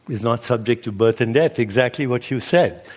it's not subject to birth and death exactly what you said.